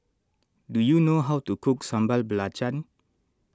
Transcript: do you know how to cook Sambal Belacan